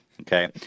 Okay